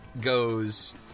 goes